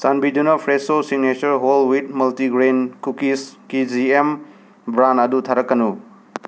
ꯆꯥꯟꯕꯤꯗꯨꯅ Fresho signature whole wheat multigrain ꯀꯨꯛꯀꯤꯁꯀꯤ G M bran ꯑꯗꯨ ꯊꯥꯔꯛꯀꯅꯨ